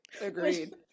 agreed